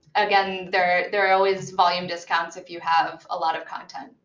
again, there there are always volume discounts if you have a lot of content.